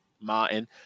Martin